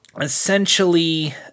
essentially